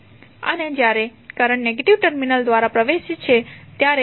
અને જ્યારે current negative terminal દ્વારા પ્રવેશે છે ત્યારે પાવર p એ v